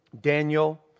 Daniel